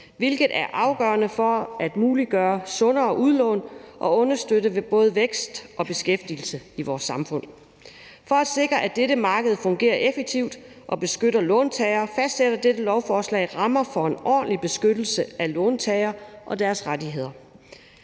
hvilket er afgørende for at muliggøre sundere udlån og understøtte både vækst og beskæftigelse i vores samfund. For at sikre, at dette marked fungerer effektivt og beskytter låntagere, fastsætter dette lovforslag rammer for en ordentlig beskyttelse af låntagere og deres rettigheder.